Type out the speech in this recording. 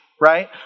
right